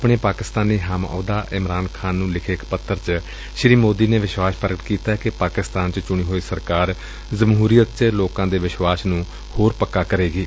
ਆਪਣੇ ਪਾਕਿਸਤਾਨੀ ਹਮ ਆਹੁਦਾ ਇਮਰਾਨ ਖ਼ਾਨ ਨੂੰ ਲਿਖੇ ਇਕ ਪੱਤਰ ਚ ਸ੍ਰੀ ਮੋਦੀ ਨੇ ਵਿਸ਼ਵਾਸ ਪ੍ਰਗਟ ਕੀਤੈ ਕਿ ਪਾਕਿਸਤਾਨ ਚ ਚੁਣੀ ਹੋਈ ਸਰਕਾਰ ਜਮਹੁਰੀਅਤ ਵਿਚ ਲੋਕਾਂ ਦੇ ਵਿਸ਼ਵਾਸ ਨੂੰ ਹੋਰ ਪੱਕਾ ਕਰੇਗੀ